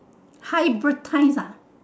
hybridise ah